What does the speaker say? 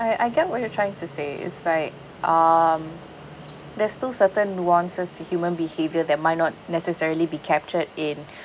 uh I get what you're trying to say is like um there's still certain nuances to human behaviour that might not necessarily be captured in